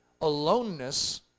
aloneness